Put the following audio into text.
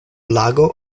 lago